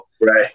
right